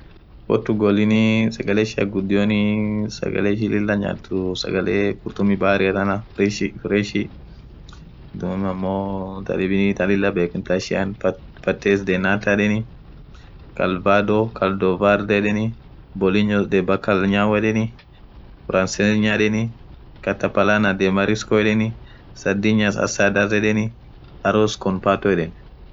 Portugal sagale ishian ghudion sagale ishin lila nyathu sagale khurtummi bahari than resh resh dhub ammo thadhibini lila bekheni thaishia partes dhanatha yedheni kalbado kaldovad yedheni bolinyas valkal nyau yedheni braselnya yedheni katapalan dhemarisko yedheni sadhinyas asadha yedheni arosco komparto yedheni